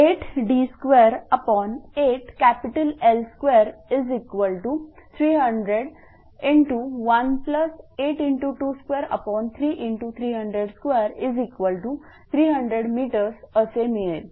lL18d23L230018×223×3002300 mअसे मिळेल